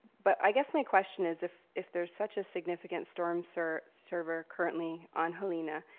but i guess my question is if if there's such a significant storm so sewer currently on helena,